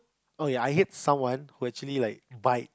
oh ya I hate someone who actually like bite